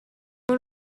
اون